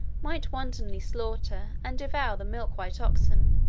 might wantonly slaughter and devour the milk-white oxen,